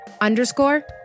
underscore